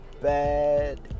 bad